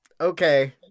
okay